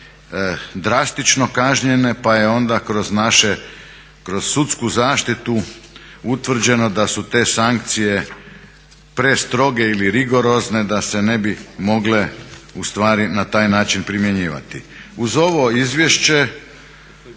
drastično kažnjene, pa je onda kroz naše, kroz sudsku zaštitu utvrđeno da su te sankcije prestroge ili rigorozne, da se ne bi mogle u stvari na taj način primjenjivati. Uz ovo izvješće